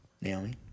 Naomi